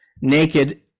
naked